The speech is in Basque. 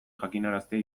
jakinaraztea